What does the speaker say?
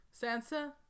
Sansa